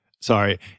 Sorry